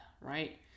right